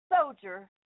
soldier